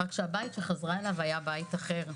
רק שהבית שחזרה אליו היה בית אחר,